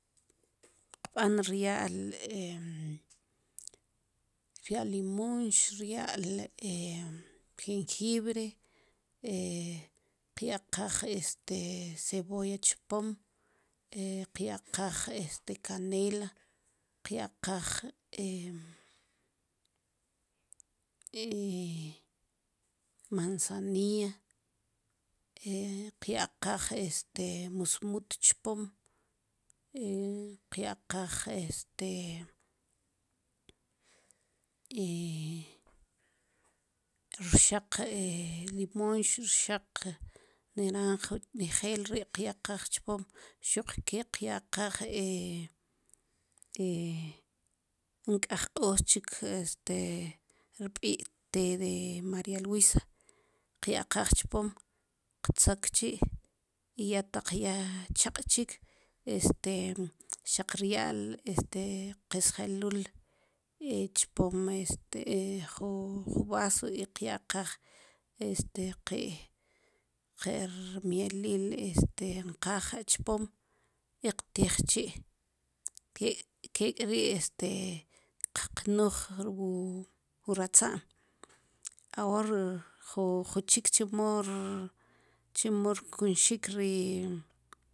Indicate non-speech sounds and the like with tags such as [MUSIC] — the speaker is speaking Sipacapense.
Tqb'an rya'l [HESITATION] rya'l limux rya'l [HESITATION] jengibre [HESITATION] tqyaqaj este cebolla chpom [HESITATION] qyaqaj este canela qyaqaj [HESITATION] manzanilla [HESITATION] qyaqaj este musmut chpom [HESITATION] qyaqaj este [HESITATION] rxaq limunx rxaq naranj nejel ri' qyaqaj chpom xuq ke qyaqaj [HESITATION] wu nk'ej q'oos chik este rb'i te de maria luisa qyaqaj chpom qtzok chi' ya taq ya chaq' chik este xaq rya'l este kesjelul chpom este ju vaso i qyaqaj este ki' ki rmieli'l este kqaj chpom i qtij chi' kek' ri' este qknuj wu ratza'm ahor ju chik chemo [HESITATION] chemo rkunxik ri